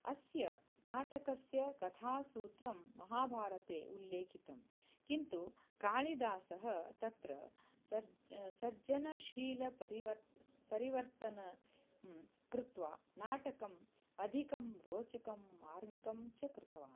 अस्य नाटकस्य कथासूत्रं महाभारते उल्लेखितं किन्तु कालिदासः तत्र सर्ज सर्जनशीलपरिवर्तनं परिवर्तनं कृत्वा नाटकम् अधिकं रोचकं मार्मिकं च कृतवान्